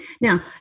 Now